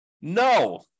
No